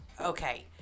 Okay